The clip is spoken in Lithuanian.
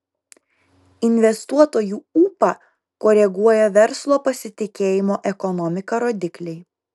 investuotojų ūpą koreguoja verslo pasitikėjimo ekonomika rodikliai